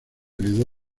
heredó